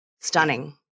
Stunning